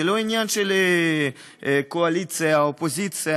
זה לא עניין של קואליציה אופוזיציה.